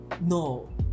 no